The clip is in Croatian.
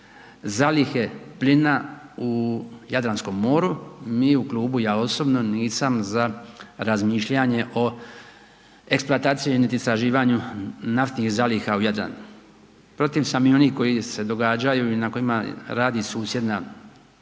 zalihe plina u Jadranskom moru. Mi u Klubu, ja osobno nisam za razmišljanje o eksploataciji niti istraživanju naftnih zaliha u Jadranu. Protiv sam i onih koji se događaju i na kojima radi susjedna Crna